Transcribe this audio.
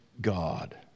God